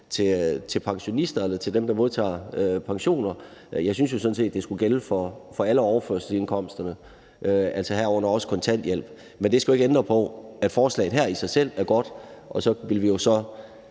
mod pensionister eller dem, der modtager pensioner. Jeg synes jo sådan set, det skulle gælde for alle overførselsindkomsterne, altså herunder også kontanthjælp. Men det skal jo ikke ændre på, at forslaget her i sig selv er godt, og så ville vi, hvis